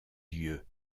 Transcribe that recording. dieu